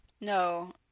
No